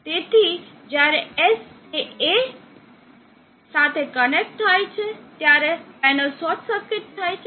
તેથી જ્યારે S એ A સાથે કનેક્ટ થાય છે ત્યારે પેનલ શોર્ટ સર્કિટ થાય છે